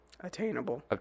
attainable